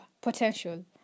potential